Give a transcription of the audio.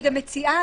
אני מציעה,